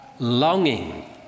Longing